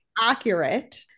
accurate